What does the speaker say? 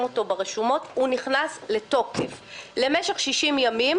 אותו ברשומות הוא נכנס לתוקף למשך 60 ימים,